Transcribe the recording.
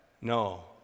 No